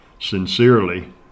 Sincerely